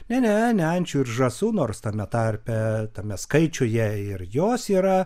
ne ne ne ančių ir žąsų nors tame tarpe tame skaičiuje ir jos yra